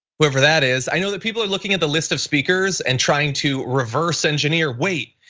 whoever that is, i know that people are looking at the list of speakers and trying to reverse engineer. wait,